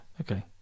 Okay